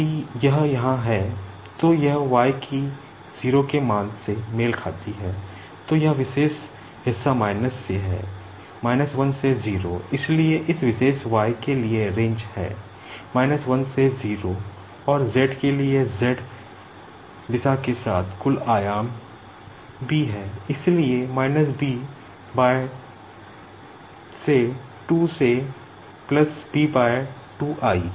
अब coordinate system b है इसलिए b से 2 से बी 2